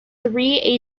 three